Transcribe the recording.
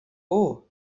اوه